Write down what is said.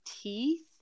teeth